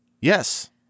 Yes